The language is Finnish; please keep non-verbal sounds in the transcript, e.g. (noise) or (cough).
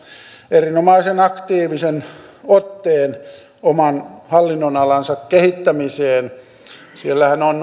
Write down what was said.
erinomaisen aktiivisen otteen oman hallinnonalansa kehittämiseen siellähän on (unintelligible)